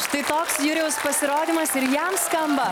štai toks jurijaus pasirodymas ir jam skamba